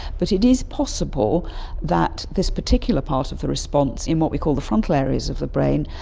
but it is possible that this particular part of the response in what we call the frontal areas of the brain,